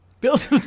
Build